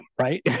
right